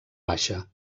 baixa